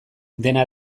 dena